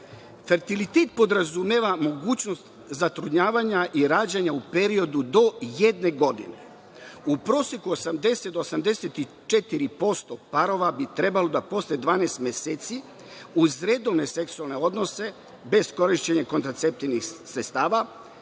zakonu. Fertilitet podrazumeva mogućnost zatrudnjavanja i rađanja u periodu do jedne godine. U proseku 80 do 84% parova bi trebalo da posle 12 meseci, uz redovne seksualne odnose, bez korišćenja kontraceptivnih sredstava,